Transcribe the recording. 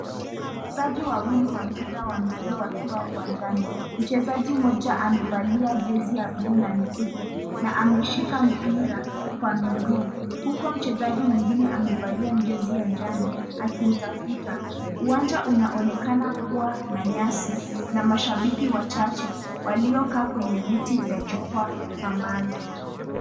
Wachezaji wawili wa mpira wa miguu wakiwa uwanjani. Mchezaji mmoja amevalia jezi ya bluu na nyeupe na ameshika mpira kwa miguu, huku mchezaji mwingine amevalia jezi ya njano akimtafuta. Uwanja unaonekana kuwa na nyasi na mashabiki wachache waliokaa kwenye viti vya jukwaa kwa mbali.